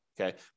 Okay